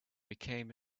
became